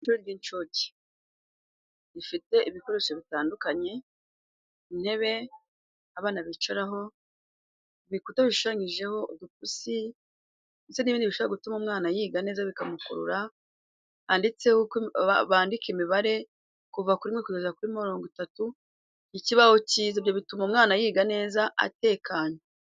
Ishuri ry'incuke rifite ibikoresho bitandukanye intebe abana bicaraho ,ibikuta bishushanyijeho udupusi ndetse n'ibindi bishobora gutuma umwana yiga neza bikamukurura, handitseho uko bandika imibare kuva kuri rimwe kugeza kuri mirongo itatu, ikibaho cyiza ibyo bituma umwana yiga neza atekanye.